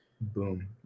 boom